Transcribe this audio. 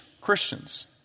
Christians